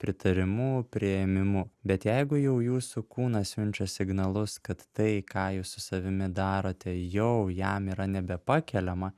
pritarimu priėmimu bet jeigu jau jūsų kūnas siunčia signalus kad tai ką jūs su savimi darote jau jam yra nebepakeliama